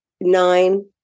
nine